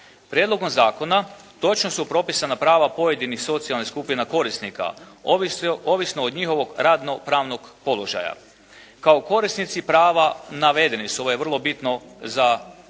Prijedlogom zakona točno su propisana prava pojedinih socijalnih skupina korisnika, ovisno od njihovog radno pravnog položaja. Kao korisnici prava navedeni su, ovo je vrlo bitno za reći,